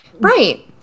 Right